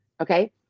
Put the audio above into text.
okay